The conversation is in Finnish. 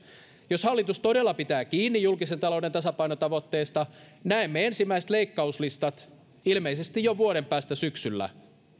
jos hallitus todella pitää kiinni julkisen talouden tasapainotavoitteestaan näemme ensimmäiset leikkauslistat jo vuoden päästä syksyllä